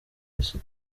isi